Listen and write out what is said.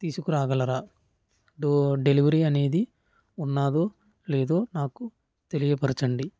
తీసుకురాగలరా door delivery అనేది ఉన్నాదో లేదో నాకు తెలియపరచండి